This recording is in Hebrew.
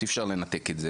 אי אפשר לנתק את זה